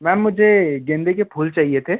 ma'am मुझे गेंदे के फूल चाहिए थे